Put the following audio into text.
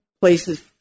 places